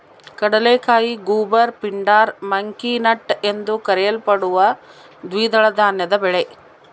ಕಡಲೆಕಾಯಿ goober pindar monkey nut ಎಂದೂ ಕರೆಯಲ್ಪಡುವ ದ್ವಿದಳ ಧಾನ್ಯದ ಬೆಳೆ